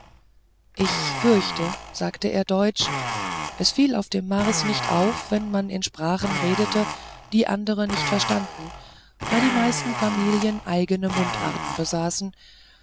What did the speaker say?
ich fürchte sagte er deutsch es fiel auf dem mars nicht auf wenn man in sprachen redete die andere nicht verstanden da die meisten familien eigene mundarten besaßen